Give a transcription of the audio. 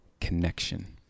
connection